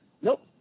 Nope